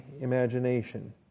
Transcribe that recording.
imagination